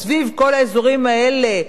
סביב כל האזורים האלה.